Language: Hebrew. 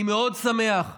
אני מאוד שמח שאנחנו,